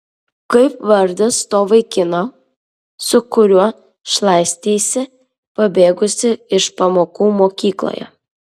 kaip vardas to vaikino su kuriuo šlaisteisi pabėgusi iš pamokų mokykloje